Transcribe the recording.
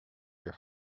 your